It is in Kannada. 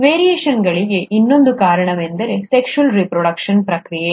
ವೇರಿಯೇಷನ್ಗಳಿಗೆ ಇನ್ನೊಂದು ಕಾರಣವೆಂದರೆ ಸೆಕ್ಚ್ವಲ್ ರಿಪ್ರೊಡಕ್ಷನ್ ಪ್ರಕ್ರಿಯೆ